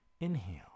inhale